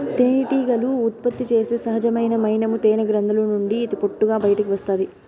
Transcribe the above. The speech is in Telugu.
తేనెటీగలు ఉత్పత్తి చేసే సహజమైన మైనము తేనె గ్రంధుల నుండి పొట్టుగా బయటకు వస్తాది